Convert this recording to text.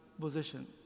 position